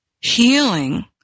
Healing